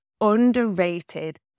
underrated